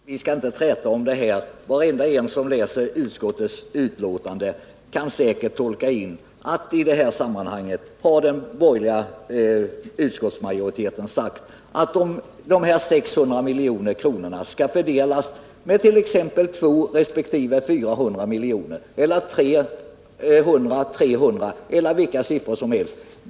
Herr talman! Vi skall inte träta om detta. Var och en som läser utskottets betänkande kan säkert tolka in att i detta sammanhang har den borgerliga utskottsmajoriteten sagt att dessa 600 milj.kr. skall fördelas med t.ex. 200 resp. 400 miljoner eller 300 — 300 miljoner eller vilka siffror som helst.